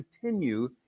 continue